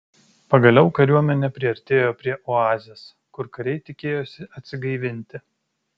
pagaliau kariuomenė priartėjo prie oazės kur kariai tikėjosi atsigaivinti